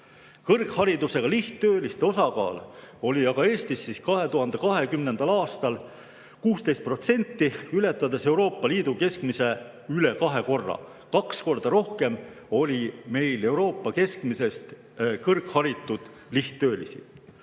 Kõrgharidusega lihttööliste osakaal oli aga Eestis 2020. aastal 16%, ületades Euroopa Liidu keskmist üle kahe korra, kaks korda rohkem Euroopa keskmisest oli meil kõrgharitud lihttöölisi.